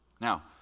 Now